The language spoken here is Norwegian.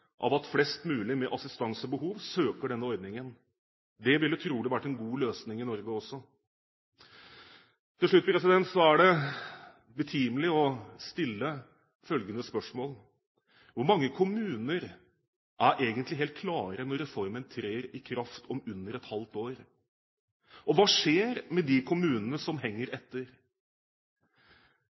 av at flest mulig med assistansebehov søker denne ordningen. Det ville trolig vært en god løsning i Norge også. Til slutt er det betimelig å stille følgende spørsmål: Hvor mange kommuner er egentlig helt klare når reformen trer i kraft om under et halvt år? Hva skjer med de kommunene som henger etter?